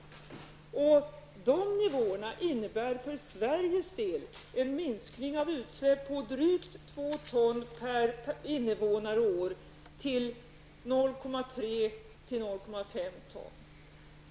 Dessa nivåer innebär för Sveriges del en minskning av utsläppen på drygt 2 ton per invånare och år ned till 0,3--0,5 ton.